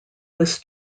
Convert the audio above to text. was